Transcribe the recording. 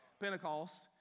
Pentecost